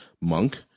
monk